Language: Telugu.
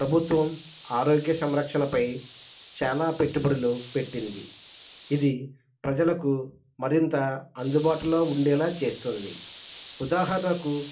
ప్రభుత్వం ఆరోగ్య సంరక్షణపై చాలా పెట్టుబడులు పెట్టింది ఇది ప్రజలకు మరింత అందుబాటులో ఉండేలాగా చేస్తుంది ఉదాహరణకు